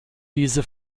diese